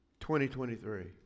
2023